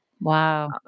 Wow